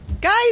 Guys